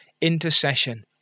intercession